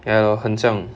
ya lor 很像